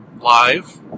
live